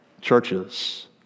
churches